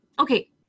okay